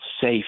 safe